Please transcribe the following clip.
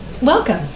Welcome